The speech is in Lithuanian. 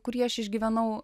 kurį aš išgyvenau